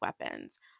weapons